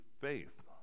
faith